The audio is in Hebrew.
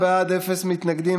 לא בניהול הידע,